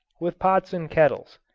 with pots and kettles,